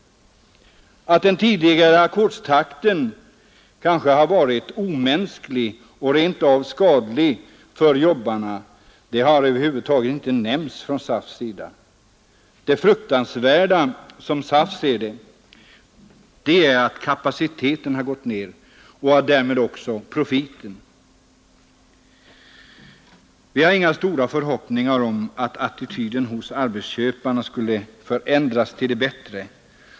Att den tidigare ackordstakten kanske varit omänsklig och rent av skadlig för jobbarna har över huvud taget inte nämnts från SAF:s sida. Det fruktansvärda är, som SAF ser det, att kapaciteten har gått ner och därmed också profiten. Vi hyser inga stora förhoppningar om att attityden hos arbetsköparna skall förändras till det bättre.